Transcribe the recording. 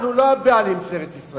אנחנו לא הבעלים של ארץ-ישראל.